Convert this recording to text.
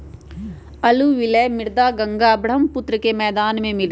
alluvial मृदा गंगा बर्ह्म्पुत्र के मैदान में मिला हई